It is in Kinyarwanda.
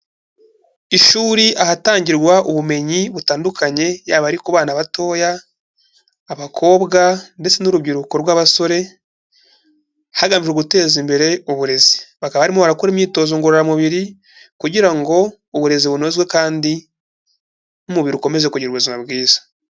Ishuri ahatangirwa ubumenyi butandukanye yaba ari ku bana batoya, abakobwa ndetse n'urubyiruko rw'abasore hagamijwe guteza imbere uburezi, bakaba barimo barakora imyitozo ngororamubiri kugira ngo uburezi bunozwe kandi n'umubiri ukomeze kugira ubuzima bwiza.